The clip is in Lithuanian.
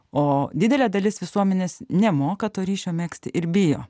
o didelė dalis visuomenės nemoka to ryšio megzti ir bijo